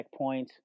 checkpoints